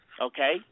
Okay